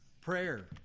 prayer